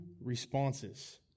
responses